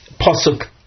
Pasuk